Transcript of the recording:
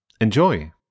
Enjoy